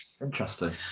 Interesting